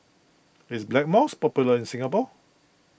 is Blackmores popular in Singapore